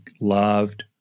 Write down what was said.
loved